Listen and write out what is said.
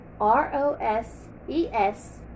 R-O-S-E-S